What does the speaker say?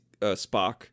Spock